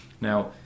Now